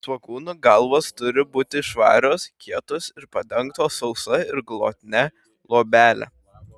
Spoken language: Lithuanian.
svogūnų galvos turi būti švarios kietos ir padengtos sausa ir glotnia luobele